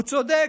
הוא צודק.